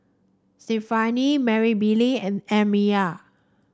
Stefani Marybelle and Amya